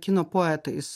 kino poetais